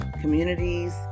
communities